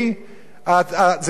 זה יהיה טוב לצבא,